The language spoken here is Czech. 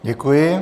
Děkuji.